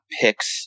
picks